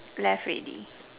left already